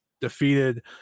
defeated